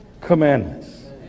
commandments